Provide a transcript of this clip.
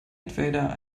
entweder